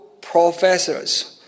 professors